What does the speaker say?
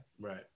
Right